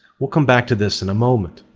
we'll come back to this in a moment.